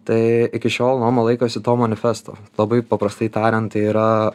tai iki šiol noma laikosi to manifesto labai paprastai tariant tai yra